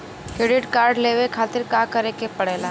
Credit card लेवे खातिर का करे के पड़ेला?